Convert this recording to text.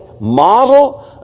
model